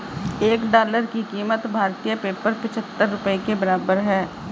एक डॉलर की कीमत भारतीय पेपर पचहत्तर रुपए के बराबर है